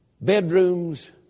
bedrooms